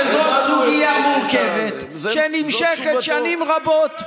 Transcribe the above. שזאת סוגיה מורכבת, שנמשכת שנים רבות.